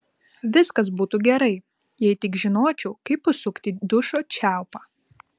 viskas būtų gerai jei tik žinočiau kaip užsukti dušo čiaupą